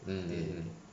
mm